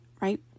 Right